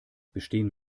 bestehen